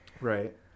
Right